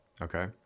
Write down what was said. Okay